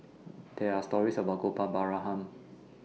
There Are stories about Gopal Baratham Han